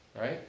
right